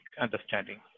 understanding